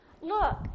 Look